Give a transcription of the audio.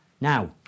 Now